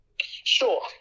Sure